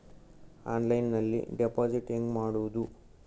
ಆನ್ಲೈನ್ನಲ್ಲಿ ಡೆಪಾಜಿಟ್ ಹೆಂಗ್ ಮಾಡುದು?